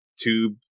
tube